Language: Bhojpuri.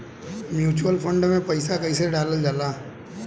म्यूचुअल फंड मे पईसा कइसे डालल जाला?